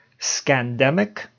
scandemic